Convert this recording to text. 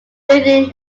within